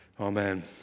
Amen